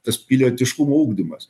tas pilietiškumo ugdymas